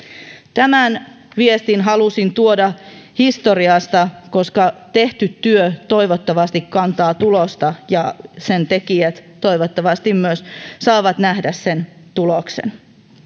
tämän viestin halusin tuoda historiasta koska tehty työ toivottavasti kantaa tulosta ja sen tekijät toivottavasti myös saavat nähdä sen tuloksen